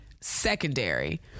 secondary